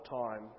time